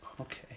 Okay